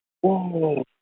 whoa